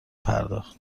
پرداخت